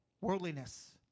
worldliness